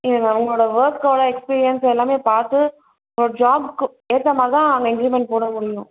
இல்லை மேம் உங்களோடய ஒர்க்கோடய எக்ஸ்பிரியன்ஸ் எல்லாமே பார்த்து உங்களோடய ஜாப்புக்கு ஏற்ற மாதிரி தான் நாங்கள் இன்கிரிமெண்ட் போட முடியும்